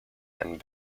and